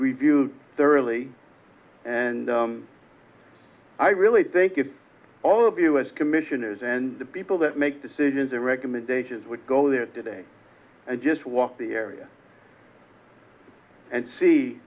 reviewed thoroughly and i really think if all of us commissioners and the people that make decisions their recommendations would go there today and just walk the area and see